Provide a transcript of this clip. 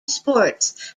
sports